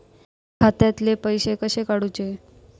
खात्यातले पैसे कसे काडूचे?